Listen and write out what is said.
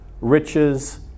riches